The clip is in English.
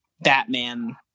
Batman